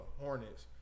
Hornets